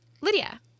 Lydia